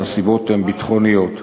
והסיבות הן ביטחוניות.